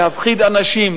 להפחיד אנשים,